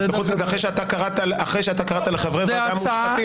וחוץ מזה אחרי שקראת לחברי ועדה מושחתים